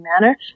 manner